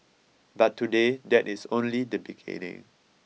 but today that is only the beginning